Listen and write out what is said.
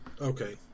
Okay